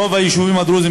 רוב היישובים הדרוזיים,